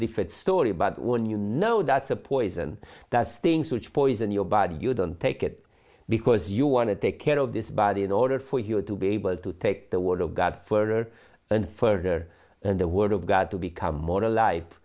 different story but when you know that's a poison that stings which poison your body you don't take it because you want to take care of this body in order for you to be able to take the word of god for and further the word of god to become more